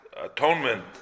atonement